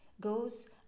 goes